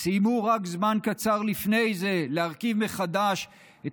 סיימו רק זמן קצר לפני זה להרכיב מחדש את